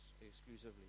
exclusively